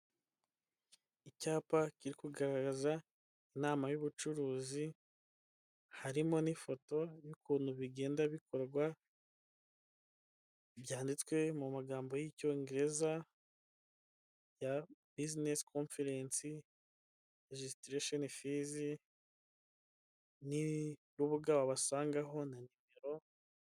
Icyapa kiri kugaragaza inama y'ubucuruzi, harimo n'ifoto y'ukuntu bigenda bikorwa, byanditswe mu magambo y'icyongereza ya buzinesi konferensi rejisiterasheni fizi n'urubuga wabasangaho nimero.